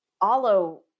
Alo